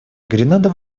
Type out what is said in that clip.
гренада